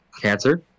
cancer